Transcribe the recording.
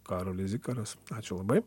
karolis zikaras ačiū labai